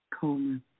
Coleman